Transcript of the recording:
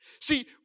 See